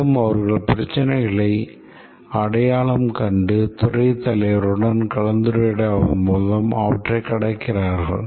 மேலும் அவர்கள் பிரச்சினைகளை அடையாளம் கண்டு துறைத் தலைவருடன் கலந்துரையாடுவதன் மூலம் அவற்றைக் கடக்கிறார்கள்